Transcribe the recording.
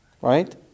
Right